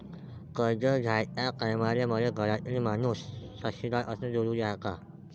कर्ज घ्याचे टायमाले मले घरातील माणूस साक्षीदार असणे जरुरी हाय का?